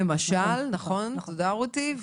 למשל, נכון, תודה רותי.